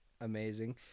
amazing